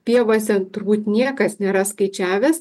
pievose turbūt niekas nėra skaičiavęs